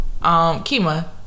Kima